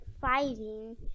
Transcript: fighting